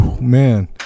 Man